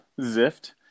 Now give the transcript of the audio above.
zift